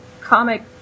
comic